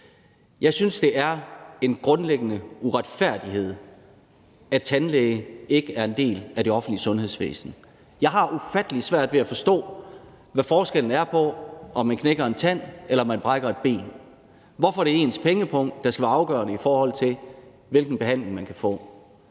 Jeg synes, det er en grundlæggende uretfærdighed, at tandlæge ikke er en del af det offentlige sundhedsvæsen. Jeg har ufattelig svært ved at forstå, hvad forskellen er på at knække en tand og brække et ben. Hvorfor er det ens pengepung, der skal være afgørende, i forhold til hvilken behandling man kan få?